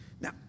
Now